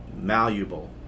malleable